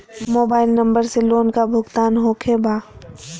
Mobile number से loan का भुगतान होखे बा?